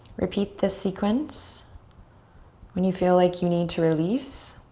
repeat this sequence when you feel like you need to release.